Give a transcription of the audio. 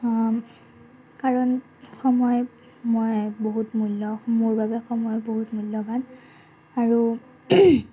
কাৰণ সময় মই বহুত মূল্য মোৰ বাবে সময় বহুত মূল্যৱান আৰু